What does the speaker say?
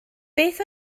beth